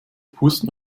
pusten